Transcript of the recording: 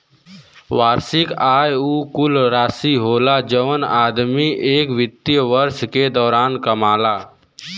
वार्षिक आय उ कुल राशि हौ जौन आदमी एक वित्तीय वर्ष के दौरान कमावला